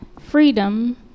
freedom